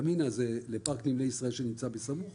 ימינה היא לפארק נמלי ישראל שנמצא סמוך